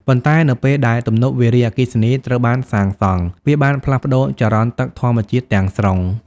ប៉ុន្តែនៅពេលដែលទំនប់វារីអគ្គិសនីត្រូវបានសាងសង់ វាបានផ្លាស់ប្ដូរចរន្តទឹកធម្មជាតិទាំងស្រុង។